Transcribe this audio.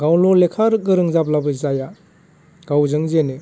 गावल' लेखा गोरों जाब्लाबो जाया गावजों जेनो